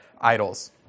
idols